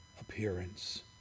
appearance